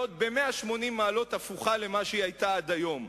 ב-180 מעלות הפוכה למה שהיא היתה עד היום.